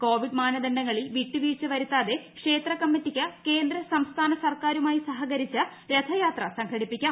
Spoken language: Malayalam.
കോവിഡ് മാനദണ്ഡങ്ങളിൽ വിട്ടുവീഴ്ച വരുത്താതെ ക്ഷേത്ര കമ്മിറ്റിക്ക് കേന്ദ്ര സംസ്ഥാന സർക്കാരുമായി സഹകരിച്ച് രഥയാത്ര സംഘട്ടി പ്പിക്കാം